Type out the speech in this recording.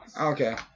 Okay